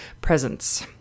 presence